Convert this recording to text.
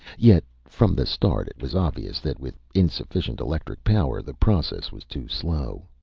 yet from the start it was obvious that, with insufficient electric power, the process was too slow.